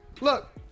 look